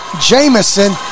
Jamison